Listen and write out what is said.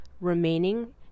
remaining